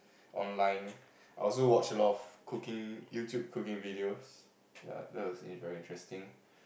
online I also watch a lot of cooking YouTube cooking videos ya that was in very interesting